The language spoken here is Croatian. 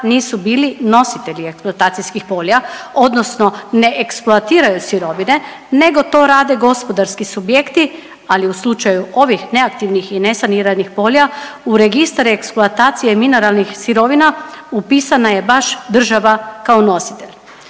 nisu bili nositelji eksploatacijskih polja, odnosno ne eksploatiraju sirovine nego to rade gospodarski subjekti ali u slučaju ovih neaktivnih i nesaniranih polja u registar eksploatacije mineralnih sirovina upisana je baš država kao nositelj.